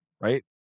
right